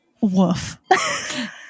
woof